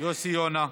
יוסי יונה.